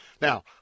Now